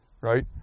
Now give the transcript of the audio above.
right